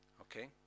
okay